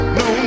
no